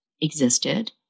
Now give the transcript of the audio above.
existed